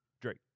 Drake